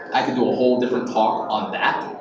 i can do a whole different talk on that,